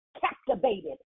captivated